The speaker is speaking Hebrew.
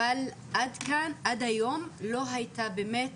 אבל עד היום לא הייתה באמת